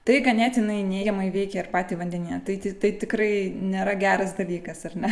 tai ganėtinai neigiamai veikia ir patį vandenį tai tai tikrai nėra geras dalykas ar ne